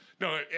No